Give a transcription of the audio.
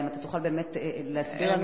האם תוכל באמת להסביר לנו,